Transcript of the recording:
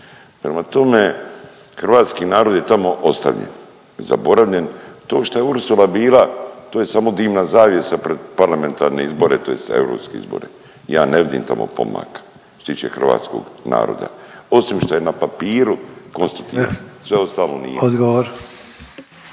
Prema tome, hrvatski narod je tamo ostavljen, zaboravljen. To što je Ursula bila to je samo dimna zavjesa pred parlamentarne izbore, tj. europske izbore. Ja ne vidim tamo pomaka što se tiče hrvatskog naroda osim što je na papiru konstruktivan, sve ostalo nije.